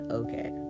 okay